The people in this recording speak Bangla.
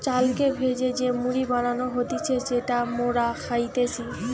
চালকে ভেজে যে মুড়ি বানানো হতিছে যেটা মোরা খাইতেছি